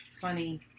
funny